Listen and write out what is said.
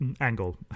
angle